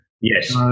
Yes